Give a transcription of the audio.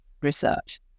research